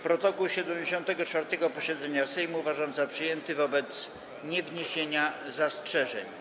Protokół 74. posiedzenia Sejmu uważam za przyjęty wobec niewniesienia zastrzeżeń.